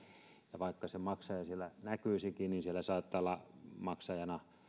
ja vaikka se maksaja siellä näkyisikin niin siellä saattaa olla maksajana